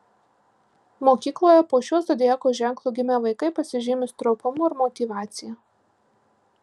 mokykloje po šiuo zodiako ženklu gimę vaikai pasižymi stropumu ir motyvacija